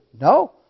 No